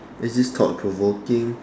is this thought provoking